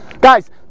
Guys